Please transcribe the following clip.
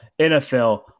NFL